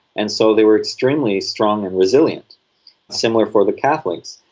and so they were extremely strong and resilient similar for the catholics.